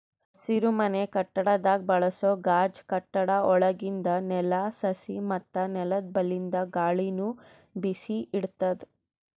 ಹಸಿರುಮನೆ ಕಟ್ಟಡದಾಗ್ ಬಳಸೋ ಗಾಜ್ ಕಟ್ಟಡ ಒಳಗಿಂದ್ ನೆಲ, ಸಸಿ ಮತ್ತ್ ನೆಲ್ದ ಬಲ್ಲಿಂದ್ ಗಾಳಿನು ಬಿಸಿ ಇಡ್ತದ್